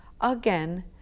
Again